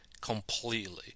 completely